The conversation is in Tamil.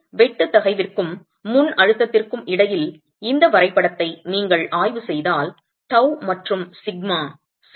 எனவே வெட்டு தகைவிற்கும் முன்அழுத்தத்திற்கும் இடையில் இந்த வரைபடத்தை நீங்கள் ஆய்வு செய்தால் τ மற்றும் σ சரி